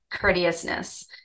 courteousness